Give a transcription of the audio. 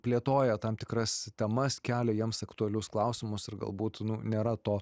plėtoja tam tikras temas kelia jiems aktualius klausimus ir galbūt nu nėra to